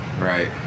Right